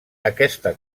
aquesta